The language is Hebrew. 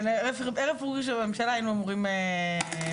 כן, ערב פירוק הממשלה היינו אמורים להיפגש.